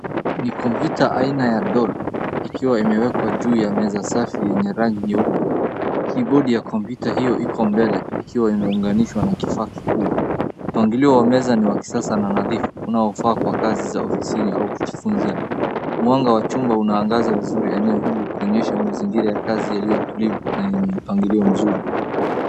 Ni kompyuta aina ya dol, ikiwa imewekwa juu ya meza safi yenye rangi nyeupe. Kibodi ya kompyuta hiyo iko mbele, ikiwa imeunganishwa na kifaa kikuu. Mpangilio wa meza ni wa kisasa na nadhifu unaofaa kwa kazi za ofisini au kujifunzia. Mwanga wa chumba unaangaza vizuri eneo hilo, ikionyesha mazingira ya kazi yaliyo tulivu na yenye mpangilio mzuri.